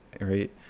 right